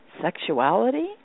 sexuality